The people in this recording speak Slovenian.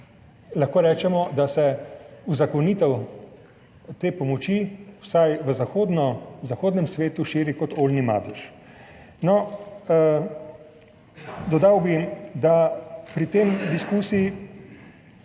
lahko rečemo, da se uzakonitev te pomoči vsaj v zahodnem svetu širi kot oljni madež. Dodal bi, da nas pri tej diskusiji